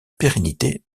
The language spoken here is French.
pérennité